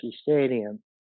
Stadium